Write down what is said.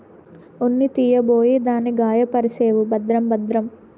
ఉన్ని తీయబోయి దాన్ని గాయపర్సేవు భద్రం భద్రం